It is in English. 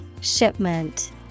Shipment